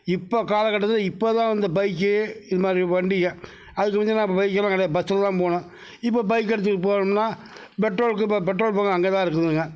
இப்போ காலக்கட்டத்தில் இப்போதான் அந்த பைக்கு இதுமாதிரி வண்டிகள் அதுக்கு முந்தியெல்லாம் அப்போ பைக்கெல்லாம் கெடயாது பஸ்ஸில்தான் போகணும் இப்போ பைக்கை எடுத்துகிட்டு போனோமுன்னா பெட்ரோலுக்கு இப்போ பெட்ரோல் பங்க்கும் அங்கே தான் இருக்குதுங்க